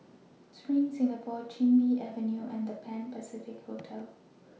SPRING Singapore Chin Bee Avenue and The Pan Pacific Hotel